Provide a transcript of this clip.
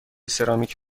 سرامیک